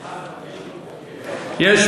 סליחה, אדוני היושב-ראש, יש מתנגד.